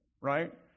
right